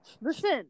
listen